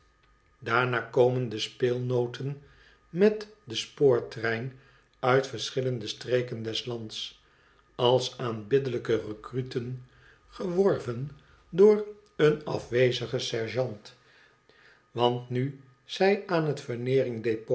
daarna komen de speelnooten met den spoortrein uit verschillende streken des lands als aanbiddelijke recruten geworven door een afwezigen sergeant want nu zij aan het